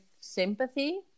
sympathy